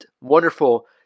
wonderful